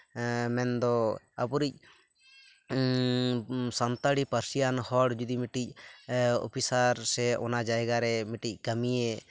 ᱢᱮᱱᱫᱚ ᱟᱵᱚᱨᱤᱡ ᱥᱟᱱᱛᱟᱲᱤ ᱯᱟᱹᱨᱥᱤᱭᱟᱱ ᱦᱚᱲ ᱡᱩᱫᱤ ᱢᱤᱫᱴᱤᱡ ᱚᱯᱷᱤᱥᱟᱨ ᱥᱮ ᱚᱱᱟ ᱡᱟᱭᱜᱟᱨᱮ ᱢᱤᱫᱴᱤᱡ ᱠᱟᱹᱢᱤᱭᱮ